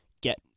get